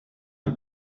and